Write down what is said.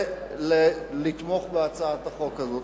ולתמוך בהצעת החוק הזאת.